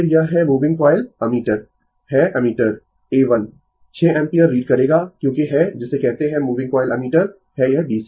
फिर यह है मूविंग कॉइल एमीटर है एमीटर A 1 6 एम्पीयर रीड करेगा क्योंकि है जिसे कहते है मूविंग कॉइल एमीटर है यह DC